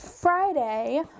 Friday